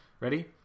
Ready